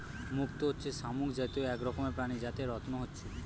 মুক্ত হচ্ছে শামুক জাতীয় এক রকমের প্রাণী যাতে রত্ন হচ্ছে